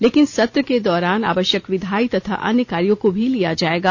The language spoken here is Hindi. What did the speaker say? लेकिन सत्र के दौरान आवश्यक विधायी तथा अन्य कार्यों को भी लिया जाएगा